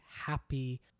happy